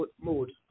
mode